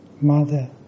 Mother